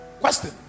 Question